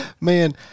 Man